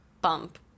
bump